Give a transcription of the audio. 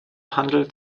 handel